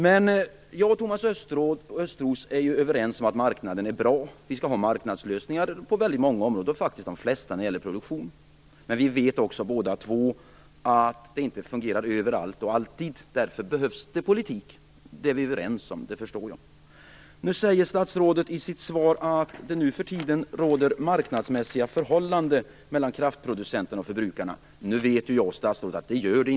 Jag och Thomas Östros är överens om att marknaden är bra. Vi skall ha marknadslösningar på många områden - ja, faktiskt de flesta - när det gäller produktion. Men vi vet också båda att det inte alltid fungerar överallt. Därför behövs det politik, det är vi överens om. Statsrådet säger i sitt svar att det nu för tiden råder marknadsmässiga förhållanden mellan kraftproducenterna och förbrukarna. Nu vet ju jag att det inte gör det.